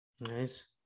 Nice